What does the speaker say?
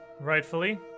rightfully